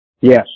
Yes